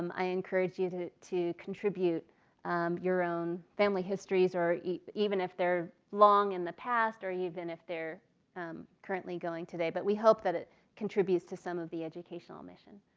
um i encourage you to to contribute your own family histories or even if they are long in the past or even if they are currently going today. but we hope it contributes to some of the educational mission.